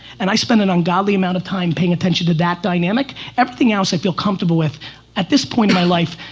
and i spend an ungodly amount of time paying attention to that dynamic. everything else i feel comfortable with at this point in my life.